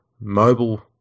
mobile